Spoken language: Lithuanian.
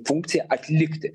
funkciją atlikti